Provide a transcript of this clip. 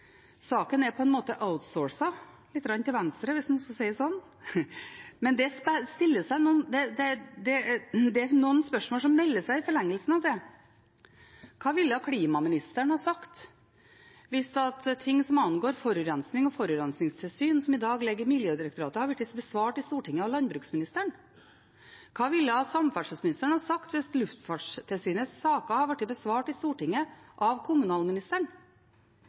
Saken er på en måte outsourcet lite grann til Venstre, hvis en kan si det slik, men det er noen spørsmål som melder seg i forlengelsen av det. Hva ville klimaministeren sagt hvis ting som angår forurensing og forurensingstilsyn, som i dag ligger under Miljødirektoratet, hadde blitt besvart i Stortinget av landbruksministeren? Hva ville samferdselsministeren sagt hvis Luftfartstilsynets saker hadde blitt besvart i Stortinget av kommunalministeren?